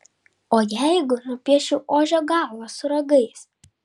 o jeigu nupieščiau ožio galvą su ragais